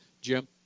Jim